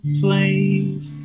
place